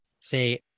Say